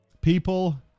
People